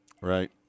Right